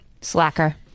Slacker